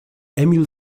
emil